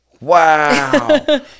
Wow